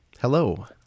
Hello